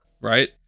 Right